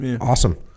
awesome